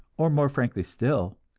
or more frankly still,